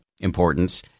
importance